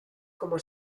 como